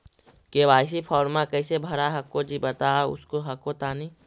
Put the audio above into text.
KYC फॉर्मा कैसे भरा हको जी बता उसको हको तानी?